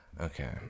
Okay